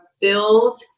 build